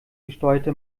gesteuerte